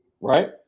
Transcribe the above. Right